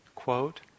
Quote